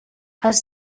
als